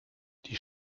die